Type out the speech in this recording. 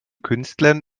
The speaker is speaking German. künstlern